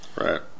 Right